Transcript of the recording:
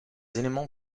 éléments